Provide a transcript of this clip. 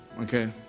okay